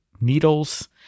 needles